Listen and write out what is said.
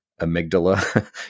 amygdala